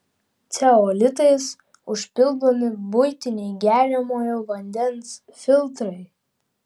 ceolitais užpildomi buitiniai geriamojo vandens filtrai